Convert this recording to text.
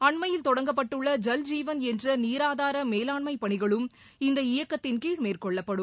அண்மையில் தொடங்கப்பட்டுள்ள ஐல் ஜீவன் என்றநீராதாரமேலான்மைபணிகளும் இந்த இயக்கத்தின்கீழ் மேற்கொள்ளப்படும்